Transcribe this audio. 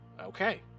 okay